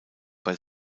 bei